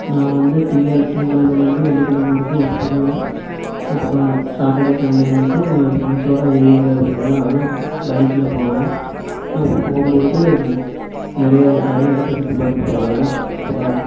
நான் வந்து திங்கள் திங்கக்கிழமையிலேருந்து வெள்ளிக்கிழமை வரைக்கும் ஒர்க் பண்ணுவேன் அப்புறம் சாட்டர்டே சண்டே மட்டும் ஃப்ரெண்ட்ஸோடு வெளியே எங்கயாவது போவேன் அதுவும் பைக்கில் போவேன் அப்படி போகும்போது நிறைய இது நிறைய இடத்தை சுற்றி பார்த்துட்டு போவேன் அப்புறம்